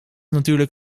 natuurlijk